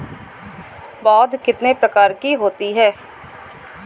पौध कितने प्रकार की होती हैं?